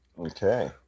okay